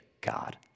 God